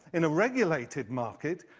in a regulated market,